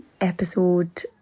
episode